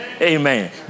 amen